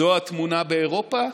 זו התמונה באירופה,